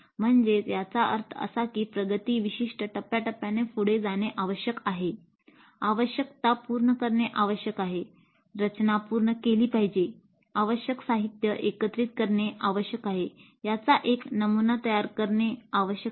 म्हणजे याचा अर्थ असा की प्रगती विशिष्ट टप्प्याटप्प्याने पुढे जाणे आवश्यक आहे आवश्यकता पूर्ण करणे आवश्यक आहे रचना पूर्ण केली पाहिजे आवश्यक साहित्य एकत्रित करणे आवश्यक आहे याचा एक नमुना तयार करणे आवश्यक आहे